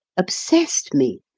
obsessed me.